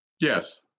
Yes